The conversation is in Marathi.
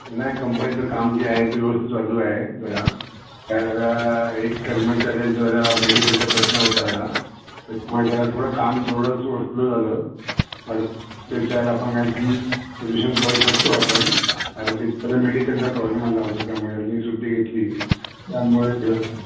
नाही कंपनीचं काम जे आहे ते व्यवस्थित चालू आहे जरा तर एक कर्मचाऱ्याचा जरा मेडिकलचा प्रश्न होता आला त्याच्यामुळे त्याला थोडं काम थोडंसं स्लो झालं पण त्याच्यावर आपण काहीतरी सोल्युशन कर करतो आहे आपण कारण त्या मेडिकलचा प्रॉब्लेम आला होता त्यामुळे मी सुट्टी घेतली त्यामुळे ते